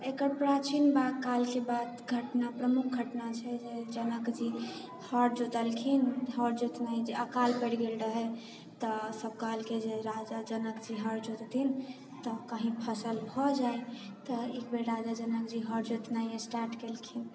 एकर प्राचीन महाकालके बाद घटना प्रमुख घटना छै जे जनक जी हर जोतलखिन हर जोतनाइ जे अकाल पड़ि गेल रहै तऽ सभ कहलकै जे राजा जनक जी हर जोतथिन तऽ कही फसल भए जायत तऽ एक बेर राजा जनक जी हर जोतनाइ स्टार्ट केलखिन